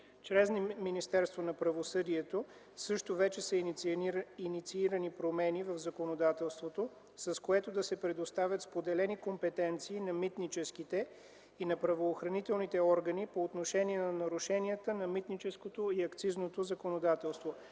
Чрез Министерството на правосъдието също вече са инициирани промени в законодателството, с които да се предоставят споделени компетенции на митническите и на правоохранителните органи по отношение на нарушенията на митническото и акцизното законодателство.